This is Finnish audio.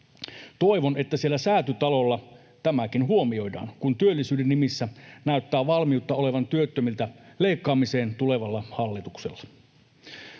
Toivon, että siellä Säätytalolla tämäkin huomioidaan, kun työllisyyden nimissä näyttää tulevalla hallituksella